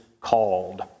called